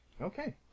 Okay